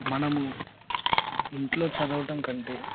మనము ఇంట్లో చదవటం కంటే